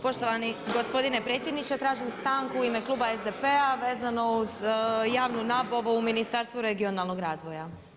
Poštovani gospodine predsjedniče, tražim stanku u ime Kluba SDP-a vezano uz javnu nabavu u Ministarstvu regionalnog razvoja.